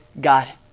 God